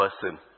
person